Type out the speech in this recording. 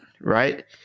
Right